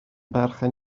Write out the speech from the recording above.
berchen